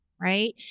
right